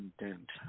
intent